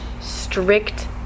strict